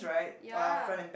ya